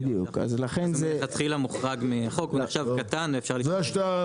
אז הוא מלכתחילה מוחרג מהחוק ונחשב קטן אפשר לפעול.